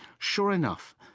sure enough,